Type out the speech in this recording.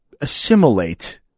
assimilate